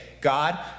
God